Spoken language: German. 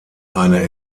eine